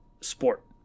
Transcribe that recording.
sport